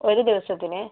ഒരു ദിവസത്തിന്